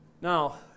Now